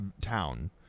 town